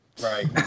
Right